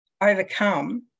overcome